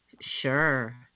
sure